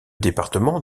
départements